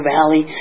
Valley